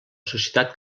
societat